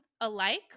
alike